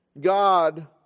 God